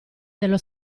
dello